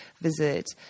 visit